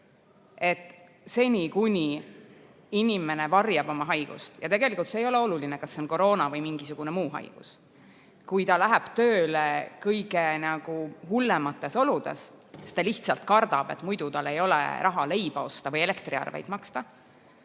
Seni kuni inimene varjab oma haigust, ja tegelikult ei ole oluline, kas see on koroona või mingisugune muu haigus, kui ta läheb tööle kõige hullemates oludes, sest ta lihtsalt kardab, et muidu tal ei ole raha leiba osta või elektriarveid maksta,